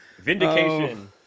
Vindication